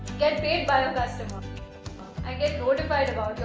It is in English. get paid by your customer and get notified about your